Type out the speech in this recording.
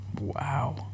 Wow